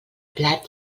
plat